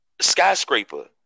Skyscraper